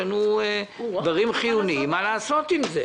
יש לנו דברים חיוניים מה לעשות עם זה?